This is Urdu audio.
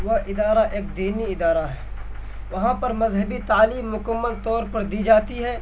وہ ادارہ ایک دینی ادارہ ہے وہاں پر مذہبی تعلیم مکمل طور پر دی جاتی ہے